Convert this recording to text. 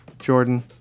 Jordan